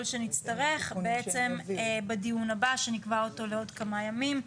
שנצטרך בדיון הבא שנקבע אותו לעוד כמה ימים.